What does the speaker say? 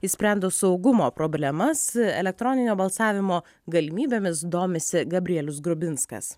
išsprendus saugumo problemas elektroninio balsavimo galimybėmis domisi gabrielius grubinskas